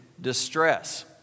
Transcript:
distress